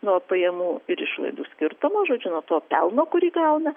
nuo pajamų ir išlaidų skirtumo žodžiu nuo to pelno kurį gauna